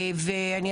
שנים.